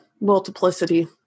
multiplicity